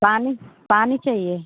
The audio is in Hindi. पानी पानी चाहिए